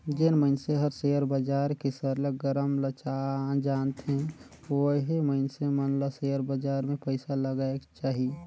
जेन मइनसे हर सेयर बजार के सरलग मरम ल जानथे ओही मइनसे मन ल सेयर बजार में पइसा लगाएक चाही